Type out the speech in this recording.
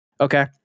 Okay